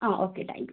ആ okay thank you